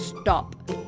stop